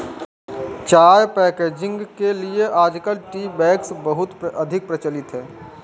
चाय पैकेजिंग के लिए आजकल टी बैग्स बहुत अधिक प्रचलित है